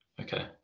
Okay